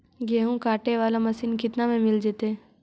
गेहूं काटे बाला मशीन केतना में मिल जइतै?